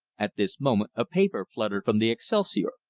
at this moment a paper fluttered from the excelsior.